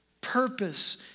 purpose